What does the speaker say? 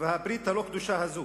והברית הלא-קדושה הזאת.